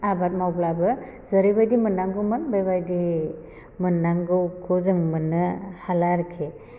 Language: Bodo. आबाद मावब्लाबो जेरैबायदि मोननांगौमोन बेबायदि मोननांगौखौ जों मोन्नो हाला आरोखि